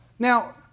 Now